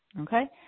Okay